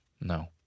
No